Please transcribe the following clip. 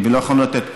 ולא היינו יכולים לתת,